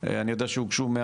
אני יודע שהוגשו 100